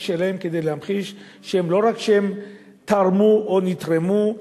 שלהם כדי להמחיש שלא רק שהם תרמו או נתרמו,